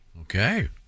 Okay